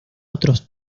otros